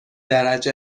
درجه